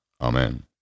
Amen